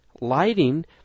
Lighting